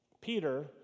Peter